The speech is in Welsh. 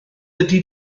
ydy